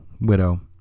widow